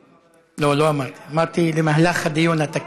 לא, לא אמרתי, אמרתי למהלך הדיון התקין.